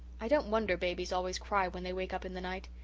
i don't wonder babies always cry when they wake up in the night.